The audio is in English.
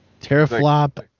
Teraflop